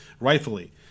rightfully